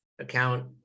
account